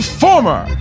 former